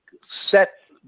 set